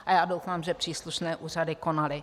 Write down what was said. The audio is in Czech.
A já doufám, že příslušné úřady konaly.